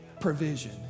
provision